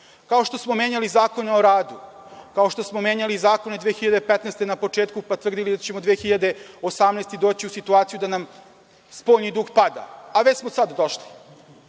Kao što smo menjali zakone o radu, kao što smo menjali zakone 2015. godine na početku pa tvrdili da ćemo 2018. godine doći u situaciju da nam spoljni dug pada, a već smo sada došli,